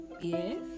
Yes